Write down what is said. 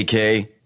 AK